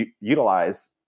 utilize